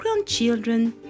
grandchildren